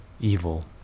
evil